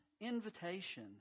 invitation